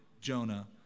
Jonah